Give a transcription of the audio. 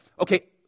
okay